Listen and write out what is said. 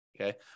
Okay